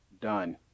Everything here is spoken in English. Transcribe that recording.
Done